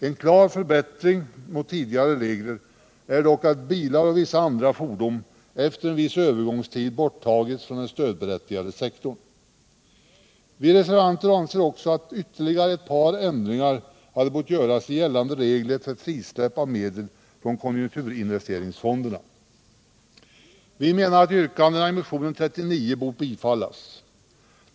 En klar förbättring mot tidigare regler är dock att bilar och vissa andra fordon efter en viss övergångstid borttagits från den stödberättigade sektorn. Vi reservanter anser också att ytterligare ett par ändringar hade bort göras i gällande regler för frisläpp av medel från konjunkturinvesterings fonderna. Vi menar att yrkandena i motionen 39 bort bifallas.